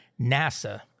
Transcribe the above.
nasa